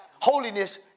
Holiness